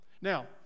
Now